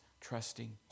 trusting